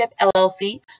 LLC